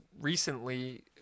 recently